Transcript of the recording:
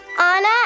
Anna